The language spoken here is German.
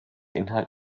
inhalt